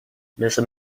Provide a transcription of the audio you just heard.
مثل